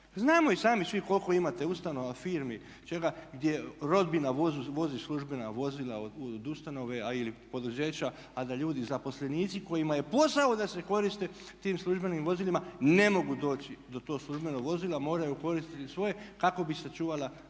Znamo i sami svi koliko imate ustanova, firmi, čega gdje rodbina vozi službena vozila od ustanove ili poduzeća a da ljudi zaposlenici kojima je posao da se koriste tim službenim vozilima ne mogu doći do tog službenog vozila moraju koristiti svoje kako bi sačuvala